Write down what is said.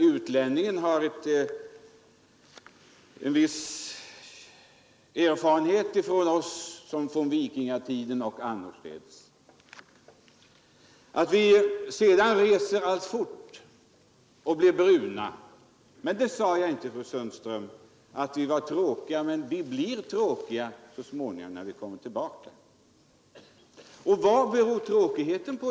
Utlänningen har också sedan gammalt sådana erfaren heter av vårt folk alltifrån vikingatiden och även senare. Vi reser också alltfort till södern och blir bruna där nere. Jag sade inte, fru Sundström, att vi då var tråkiga, men vi blir det så småningom när vi kommer tillbaka igen. Och vad beror ibland tråkigheten på?